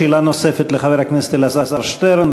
שאלה נוספת לחבר הכנסת אלעזר שטרן.